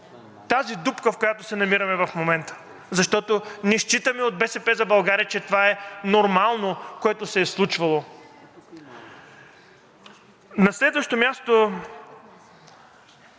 тази дупка, в която се намираме в момента, защото не считаме от „БСП за България“, че това е нормално, което се е случвало. На следващо място,